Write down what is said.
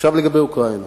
עכשיו לגבי אוקראינה.